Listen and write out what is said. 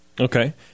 Okay